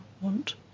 want